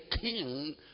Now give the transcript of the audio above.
king